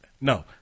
no